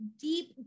deep